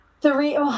Three